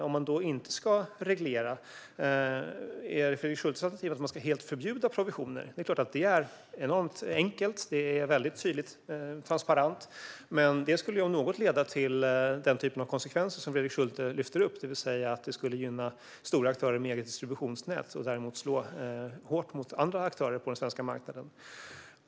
Om man inte ska reglera, är alternativet då att helt förbjuda provisioner? Det är klart att det är enormt enkelt och väldigt tydligt och transparent, men det skulle om något leda till den typen av konsekvenser som Fredrik Schulte lyfter upp: Det skulle gynna stora aktörer med eget distributionsnät men slå hårt mot andra aktörer på den svenska marknaden.